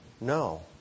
No